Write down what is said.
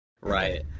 right